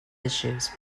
issues